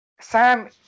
Sam